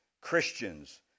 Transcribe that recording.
Christians